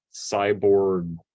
cyborg